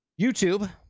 YouTube